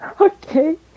Okay